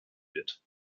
wird